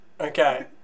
Okay